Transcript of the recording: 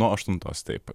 nuo aštuntos taip